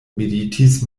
meditis